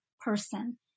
person